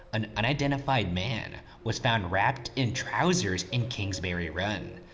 an unidentified man, was found wrapped in trousers in kingsbury run,